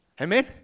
Amen